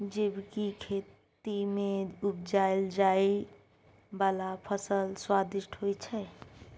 जैबिक खेती मे उपजाएल जाइ बला फसल स्वादिष्ट होइ छै